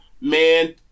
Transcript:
man